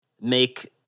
make